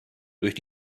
durch